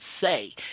say